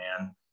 man